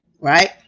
Right